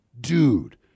dude